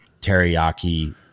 teriyaki